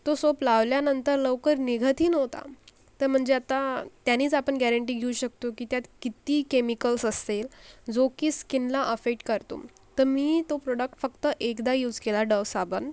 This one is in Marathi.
तो सोप लावल्यानंतर लवकर निघतही नव्हता तर म्हणजे आता त्यानीच आपण गॅरंटी घेऊ शकतो की त्यात किती केमिकल्स असेल जो की स्किनला अफेक्ट करतो तर मी तो प्रोडक्ट फक्त एकदा यूज केला डव साबण